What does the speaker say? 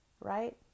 right